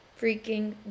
freaking